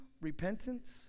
repentance